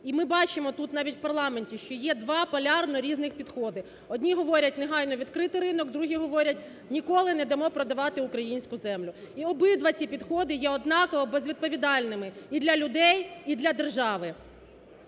І ми бачимо тут навіть в парламенті, що є два полярно різних підходи. Одні говорять: негайно відкрити ринок. Другі говорять: ніколи не дамо продавати українську землю. І обидва ці підходи є однаково безвідповідальними і для людей, і для держави.